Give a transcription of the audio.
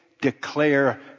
declare